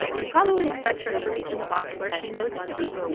you probably expect her to reach in the box where she knows it to be. yeah